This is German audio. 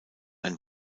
ein